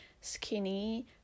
skinny